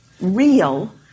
real